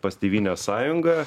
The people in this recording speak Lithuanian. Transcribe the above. pas tėvynės sąjungą